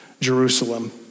Jerusalem